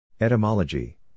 Etymology